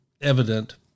evident